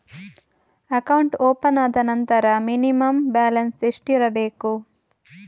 Account open ಆದ ನಂತರ minimum balance ಎಷ್ಟಿರಬೇಕು?